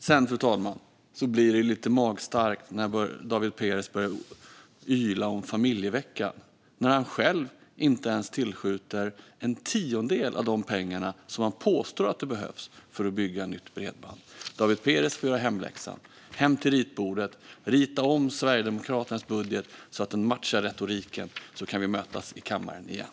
Sedan, fru talman, blir det lite magstarkt när David Perez börjar yla om familjevecka när han själv inte ens tillskjuter en tiondel av de pengar som han påstår behövs för att bygga nytt bredband. David Perez får göra hemläxan. Hem till ritbordet! Rita om Sverigedemokraternas budget så att den matchar retoriken, så kan vi mötas i kammaren igen!